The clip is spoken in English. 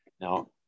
Now